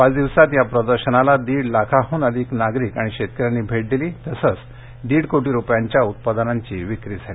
पाच दिवसात या प्रदर्शनाला दीड लाखाहून अधिक नागरिक आणि शेतकऱ्यांनी भेट दिली तसंच दीड कोटी रुपयांच्या उत्पादनाची विक्री झाली